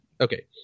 Okay